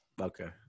Okay